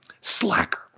slacker